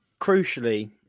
crucially